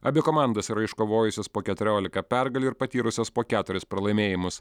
abi komandos yra iškovojusios po keturiolika pergalių ir patyrusios po keturis pralaimėjimus